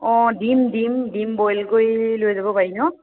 অঁ ডিম ডিম ডিম বইল কৰি লৈ যাব পাৰিম ন